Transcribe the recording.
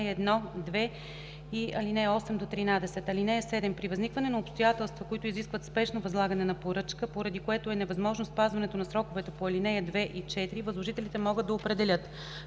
1, 2 и 8 - 13. (7) При възникване на обстоятелства, които изискват спешно възлагане на поръчка, поради което е невъзможно спазването на сроковете по ал. 2 и 4, възложителите могат да определят: